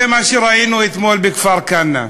זה מה שראינו אתמול בכפר-כנא.